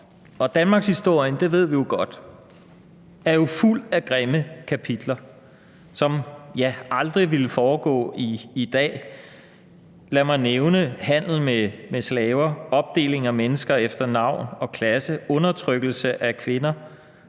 danmarkshistorien – det ved vi jo godt – er fuld af grimme kapitler, som aldrig ville foregå i dag. Lad mig nævne handel med slaver, opdeling af mennesker efter navn og klasse, undertrykkelse af kvinder,